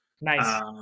nice